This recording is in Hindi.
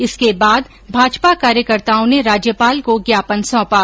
इसके बाद भाजपा कार्यकर्ताओं ने राज्यपाल को ज्ञापन सौंपा